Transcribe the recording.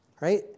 right